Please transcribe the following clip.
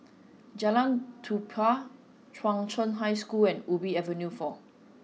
Jalan Tupai Chung Cheng High School and Ubi Avenue four